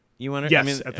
Yes